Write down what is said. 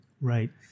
Right